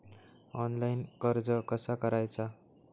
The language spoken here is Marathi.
ऑनलाइन कर्ज कसा करायचा?